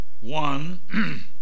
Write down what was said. One